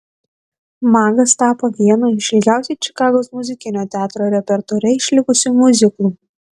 magas tapo vienu iš ilgiausiai čikagos muzikinio teatro repertuare išlikusių miuziklų